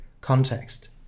context